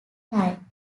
time